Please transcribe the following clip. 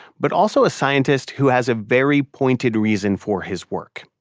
but also a scientist who has a very pointed reason for his work.